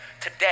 today